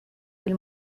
del